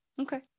okay